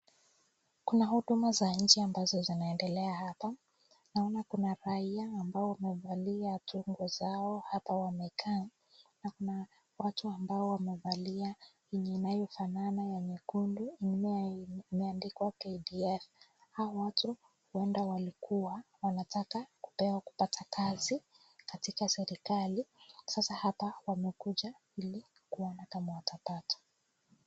Kuna huduma za nchi ambazo zinaendelea hapa. Naona kuna raia ambao wamevalia tungo zao hapa wamekaa na kuna watu ambao wamevalia yenye inayo fanana ya nyekundu na imeandikwa KDF. Hao watu huenda walikuwa wanataka kupewa kupata kazi katika serikali, sasa hapa wamekuja ili kuona kama watapata.